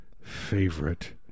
Favorite